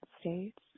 states